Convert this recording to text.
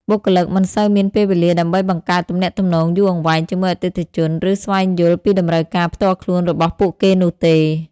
បុគ្គលិកមិនសូវមានពេលវេលាដើម្បីបង្កើតទំនាក់ទំនងយូរអង្វែងជាមួយអតិថិជន ឬស្វែងយល់ពីតម្រូវការផ្ទាល់ខ្លួនរបស់ពួកគេនោះទេ។